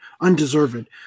undeserved